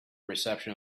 reception